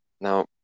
Now